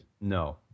No